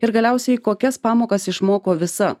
ir galiausiai kokias pamokas išmoko visa